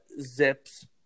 zips